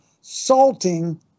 salting